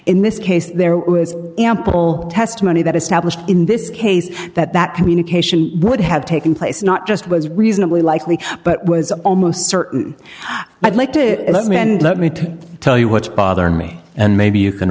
in this case there is ample testimony that established in this case that that communication would have taken place not just was reasonably likely but was almost certain i'd like to let me and let me tell you what's bothering me and maybe you can